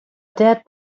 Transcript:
dead